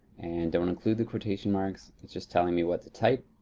and don't include the quotation marks. it's just telling me what to type.